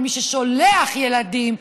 מי ששולח ילדים,